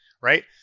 Right